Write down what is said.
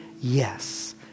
yes